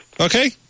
Okay